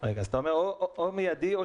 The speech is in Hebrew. פערי כוחות.